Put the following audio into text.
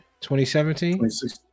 2017